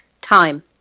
Time